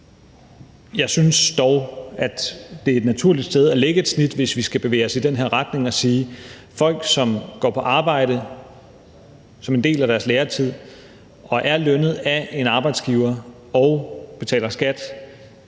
Jeg synes dog, at det er et naturligt sted at lægge et snit, hvis vi skal bevæge os i den her retning, at sige, at folk, som går på arbejde som en del af deres læretid og er lønnet af en arbejdsgiver og betaler skat,